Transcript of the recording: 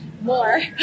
more